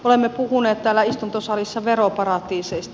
olemme puhuneet täällä istuntosalissa veroparatiiseista